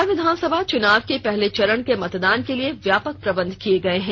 बिहार में विधानसभा चुनाव के पहले चरण के मतदान के लिए व्यापक प्रबंध किये गए हैं